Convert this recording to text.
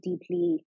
deeply